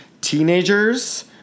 teenagers